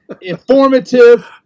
informative